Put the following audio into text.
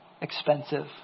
expensive